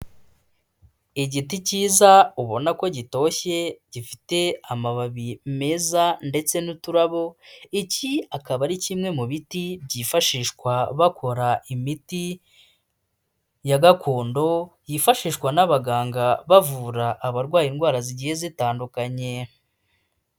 Igiti cyiza ubona ko gitoshye gifite amababi meza ndetse n'uturabo, iki akaba ari kimwe mu biti byifashishwa bakora imiti ya gakondo yifashishwa n'abaganga bavura abarwaye indwara zigiye zitandukanye.